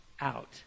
out